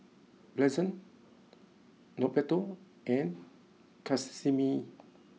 pleasant Norberto and Casimir